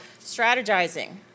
strategizing